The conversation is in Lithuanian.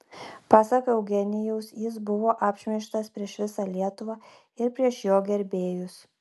pasak eugenijaus jis buvo apšmeižtas prieš visą lietuvą ir prieš jo gerbėjus